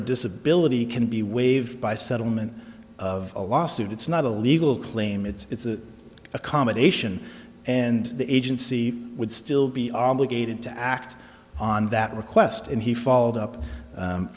a disability can be waived by settlement of a lawsuit it's not a legal claim it's an accommodation and the agency would still be obligated to act on that request and he followed up